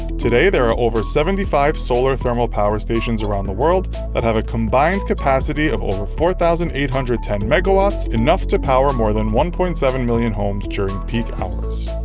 today, there are over seventy five solar thermal power stations around the world that have a combined capacity of over four thousand eight hundred and ten megawatts, enough to power more than one point seven million homes during peak hours.